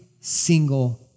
single